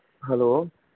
hello